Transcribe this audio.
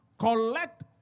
collect